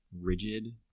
rigid